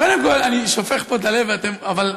קודם כול, אני שופך פה את הלב, ואתם, אבל,